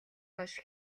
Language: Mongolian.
хойш